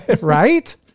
Right